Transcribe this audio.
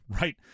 right